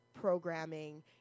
programming